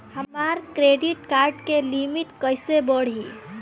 हमार credit card के limit कइसे बढ़ी?